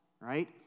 right